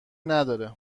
نداره